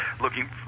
looking